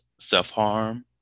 self-harm